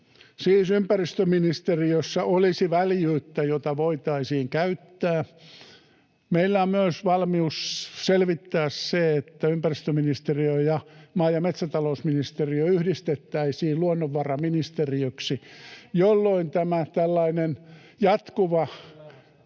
Siis ympäristöministeriössä olisi väljyyttä, jota voitaisiin käyttää. Meillä on myös valmius selvittää se, että ympäristöministeriö ja maa- ja metsätalousministeriö yhdistettäisiin luonnonvaraministeriöksi, jolloin loppuisi tämä tällainen jatkuva